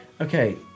Okay